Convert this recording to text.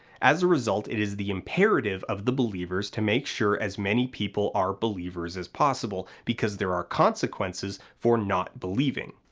as a result it is the imperative of the believers to make sure as many people are believers as possible because there are consequences for not believing.